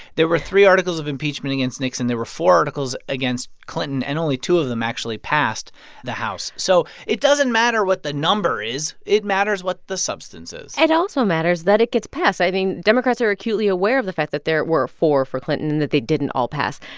there were three articles of impeachment against nixon. there were four articles against clinton, and only two of them actually passed the house. so it doesn't matter what the number is it matters what the substance is it also matters that it gets passed. i think democrats are acutely aware of the fact that there were four for clinton and that they didn't all pass.